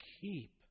keep